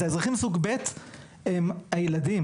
אז האזרחים סוג ב' הם הילדים,